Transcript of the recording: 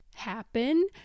Happen